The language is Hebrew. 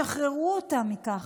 שחררו אותם מכך.